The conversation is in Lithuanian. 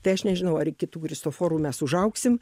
tai aš nežinau ar iki tų ristoforų mes užaugsim